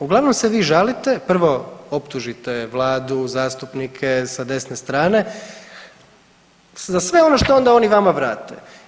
Uglavnom se vi žalite, prvo optužite vladu, zastupnike sa desne strane za sve ono što onda oni vama vrate.